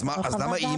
אז למה אם?